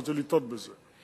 לא צריך לטעות בזה,